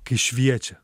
kai šviečia